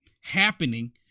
happening